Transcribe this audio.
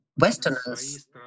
Westerners